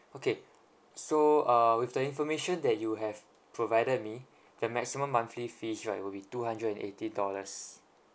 okay so uh with the information that you have provided me the maximum monthly fees right will be two hundred and eighteen dollars